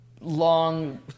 long